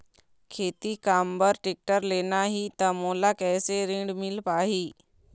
खेती काम बर टेक्टर लेना ही त मोला कैसे ऋण मिल पाही?